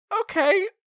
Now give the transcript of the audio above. okay